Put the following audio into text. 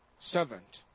servant